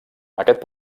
aquest